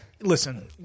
Listen